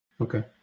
Okay